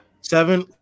Seven